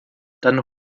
dann